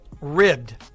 ribbed